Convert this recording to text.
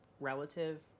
relative